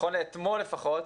נכון לאתמול לפחות,